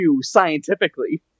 scientifically